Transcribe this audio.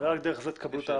ורק דרך זה תקבלו.